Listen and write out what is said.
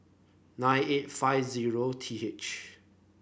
nine eight five zero T H